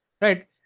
Right